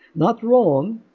not wrong,